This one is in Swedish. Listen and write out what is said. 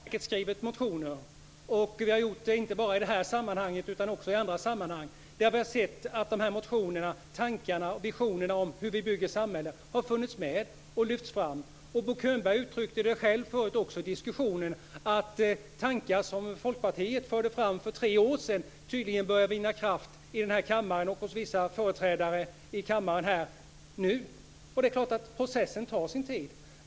Herr talman! Såväl Bo Könberg som jag har skrivit motioner, inte bara i det här sammanhanget utan också i andra sammanhang, där vi har sett att dessa motioner, tankarna och visionerna om hur vi bygger samhället, har funnits med och lyfts fram. Bo Könberg uttryckte själv i diskussionen förut att tankar som Folkpartiet förde fram för tre år sedan tydligen börjar vinna kraft hos vissa företrädare i den här kammaren nu. Det är klart att processen tar sin tid.